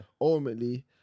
ultimately